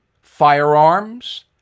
firearms